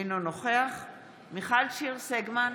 אינו נוכח מיכל שיר סגמן,